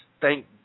Thank